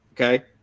okay